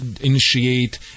initiate